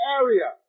area